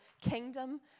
kingdom